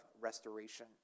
restoration